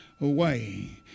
away